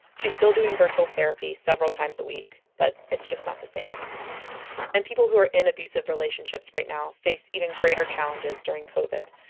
she's still doing virtual therapy several times a week but it's just not the same and people who are in abusive relationships right now face even greater challenges during covid.